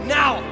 now